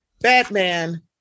Batman